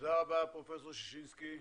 תודה רבה, פרופ' ששינסקי.